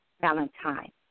Valentine